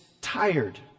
tired